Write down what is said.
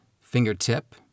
fingertip